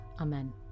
Amen